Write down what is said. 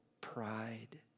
pride